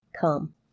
Come